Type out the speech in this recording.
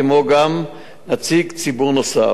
כמו גם נציג ציבור נוסף,